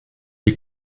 est